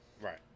Right